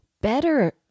better